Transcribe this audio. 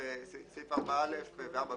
סעיפים 4א בעמ'